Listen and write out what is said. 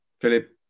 Philip